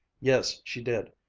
yes, she did,